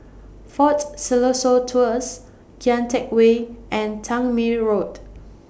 Fort Siloso Tours Kian Teck Way and Tangmere Road